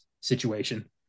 situation